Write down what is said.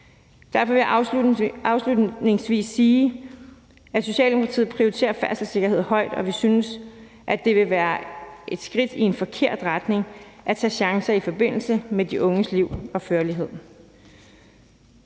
Derfor vil jeg afslutningsvis sige, at Socialdemokratiet prioriterer færdselssikkerhed højt, og vi synes, at det vil være et skridt i en forkert retning at tage chancer i forbindelse med de unges liv og førlighed.